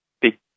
big